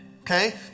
Okay